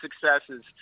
successes